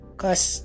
cause